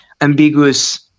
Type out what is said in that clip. ambiguous